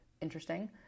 interesting